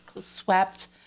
swept